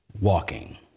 walking